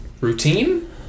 routine